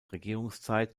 regierungszeit